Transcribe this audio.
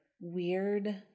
weird